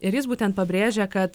ir jis būtent pabrėžė kad